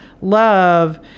love